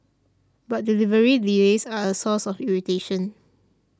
but delivery delays are a source of irritation